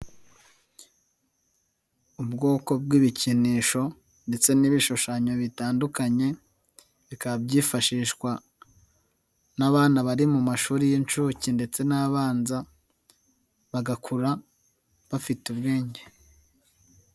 Ubwoko bw'ibikinisho ndetse n'ibishushanyo bitandukanye bikaba byifashishwa n'abana bari mu mashuri y'inshuke ndetse n'abanza bagakura bafite ubwenge.